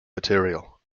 material